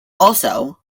also